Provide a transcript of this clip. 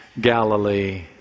Galilee